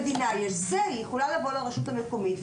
למדינה יש Say. היא יכולה לבוא לרשות המקומית,